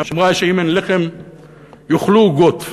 שאמרה שאם אין לחם יאכלו עוגות.